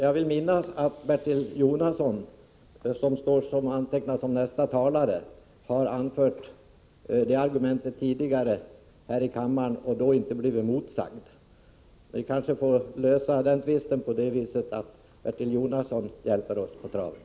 Jag vill minnas att Bertil Jonasson, som står antecknad som näste talare, tidigare har anfört det argumentet här i kammaren och då inte blivit motsagd. Den här tvisten får kanske lösas genom att Bertil Jonasson hjälper oss på traven.